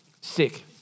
sick